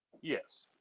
yes